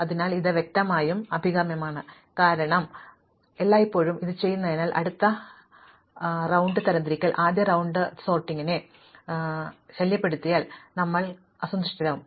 അതിനാൽ ഇത് വ്യക്തമായും അഭികാമ്യമാണ് കാരണം ഞങ്ങൾ എല്ലായ്പ്പോഴും ഇത് ചെയ്യുന്നതിനാൽ അടുത്ത റൌണ്ട് തരംതിരിക്കൽ ആദ്യ റൌണ്ട് സോർട്ടിംഗിനെ ശല്യപ്പെടുത്തിയാൽ ഞങ്ങൾ വളരെ അസന്തുഷ്ടരാകും